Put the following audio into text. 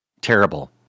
terrible